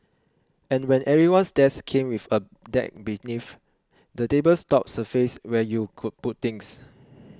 and when everyone's desk came with a deck beneath the table's top surface where you could put things